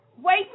Wait